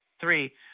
three